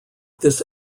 this